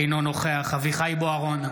אינו נוכח אביחי אברהם בוארון,